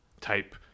type